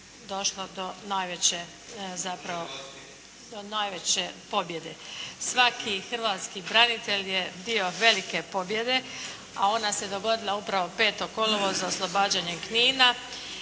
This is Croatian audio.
do najveće pobjede. Svaki hrvatski branitelj je dio velike pobjede. A ona se dogodila upravo 5. kolovoza sa oslobađanjem Knina.